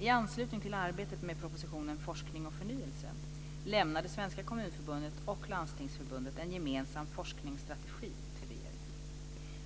I anslutning till arbetet med propositionen, proposition Landstingsförbundet en gemensam forskningsstrategi till regeringen.